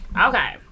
Okay